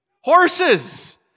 Horses